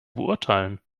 beurteilen